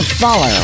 Follow